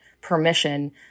permission